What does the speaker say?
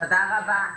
תודה רבה.